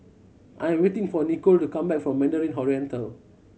I'm waiting for Nikole to come back from Mandarin Oriental